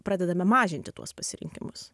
pradedame mažinti tuos pasirinkimus